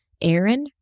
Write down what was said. Aaron